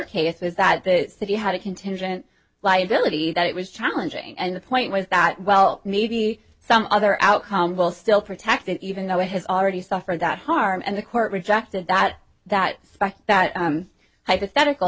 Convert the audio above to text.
case was that the city had a contingent liability that it was challenging and the point was that well maybe some other outcome will still protected even though it has already suffered that harm and the court rejected that that fact that hypothetical